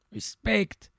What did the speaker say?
Respect